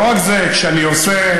לא רק זה, כשאני עושה,